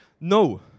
No